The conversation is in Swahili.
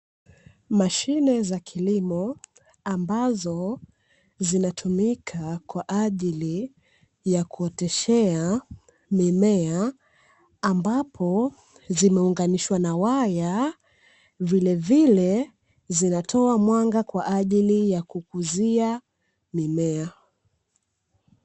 Mashine za kilimo ambazo zinatumika kwa ajili ya kuoteshea mimea ambapo zimeunganishwa na waya vile vile zinatoa mwanga kwa ajili ya kukuzia mimea.